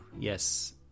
Yes